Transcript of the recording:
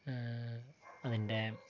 അതിൻ്റെ